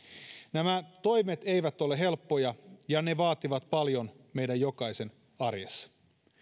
nämä toimet eivät ole helppoja ja ne vaativat paljon meidän jokaisen arjessa